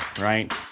right